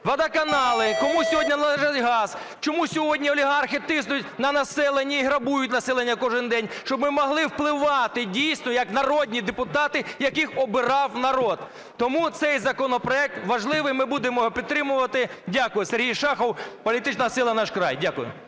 водоканали, кому сьогодні належить газ, чому сьогодні олігархи тиснуть на населення і грабують населення кожен день, щоб ми могли впливати, дійсно, як народні депутати, яких обрав народ. Тому цей законопроект важливий, ми будемо його підтримувати. Дякую. Сергій Шахов, політична сила "Наш край". Дякую.